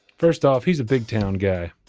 first off, he's a big-town guy.